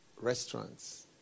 restaurants